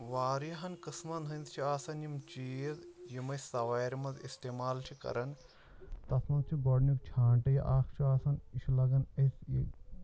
واریاہَن قٕسمَن ہٕنٛدۍ چھِ آسان یِم چیٖز یِم أسۍ سَوارِ منٛز اِستعمال چھِ کَران تَتھ منٛز چھُ گۄڈنیُک چھانٛٹہٕ یہِ اَکھ چھُ آسان یہِ چھُ لَگان أسۍ یہِ